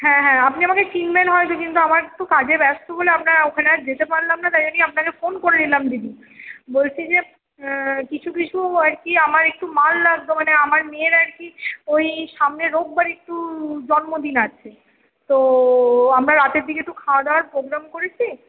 হ্যাঁ হ্যাঁ আপনি আমাকে চিনবেন হয়তো কিন্তু আমার একটু কাজে ব্যস্ত বলে আপনার ওখানে আর যেতে পারলাম না তাই আমি আপনাকে ফোন করে নিলাম দিদি বলছি যে কিছু কিছু আর কি আমার একটু মাল লাগত মানে আমার মেয়ের আরকি ওই সামনের রোববার একটু জন্মদিন আছে তো আমরা রাতের দিকে একটু খাওয়া দাওয়ার প্রোগ্রাম করেছি